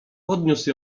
podniósł